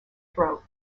throat